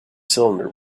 cylinder